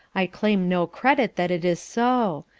i claim no credit that it is so.